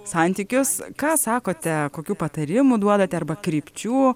santykius ką sakote kokių patarimų duodate arba krypčių